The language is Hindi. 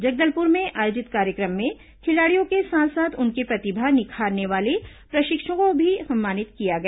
जगदलपुर में आयोजित कार्य क्र म में खिलाड़ियों के साथ साथ उनकी प्रतिभा निखारने वाले प्रशिक्षकों को भी सम्मानित किया गया